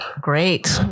great